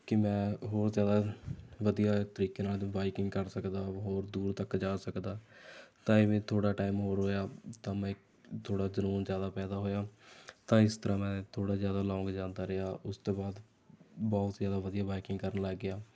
ਕਿ ਮੈਂ ਹੋਰ ਜ਼ਿਆਦਾ ਵਧੀਆ ਤਰੀਕੇ ਨਾਲ ਬਾਈਕਿੰਗ ਕਰ ਸਕਦਾ ਹੋਰ ਦੂਰ ਤੱਕ ਜਾ ਸਕਦਾ ਤਾਂ ਇਵੇਂ ਥੋੜ੍ਹਾ ਟਾਈਮ ਹੋਰ ਹੋਇਆ ਤਾਂ ਮੈਂ ਥੋੜ੍ਹਾ ਜਨੂੰਨ ਜ਼ਿਆਦਾ ਪੈਦਾ ਹੋਇਆ ਤਾਂ ਇਸ ਤਰ੍ਹਾਂ ਮੈਂ ਥੋੜ੍ਹਾ ਜ਼ਿਆਦਾ ਲੋਂਗ ਜਾਂਦਾ ਰਿਹਾ ਉਸ ਤੋਂ ਬਾਅਦ ਬਹੁਤ ਜ਼ਿਆਦਾ ਵਧੀਆ ਬਾਈਕਿੰਗ ਕਰਨ ਲੱਗ ਗਿਆ